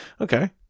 Okay